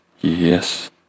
Yes